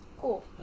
Cool